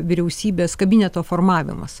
vyriausybės kabineto formavimas